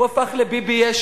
הוא הפך לביבי-יש"ע,